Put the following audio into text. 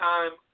Time